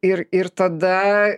ir ir tada